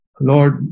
Lord